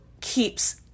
keeps